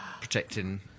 protecting